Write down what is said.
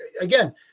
again